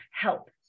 help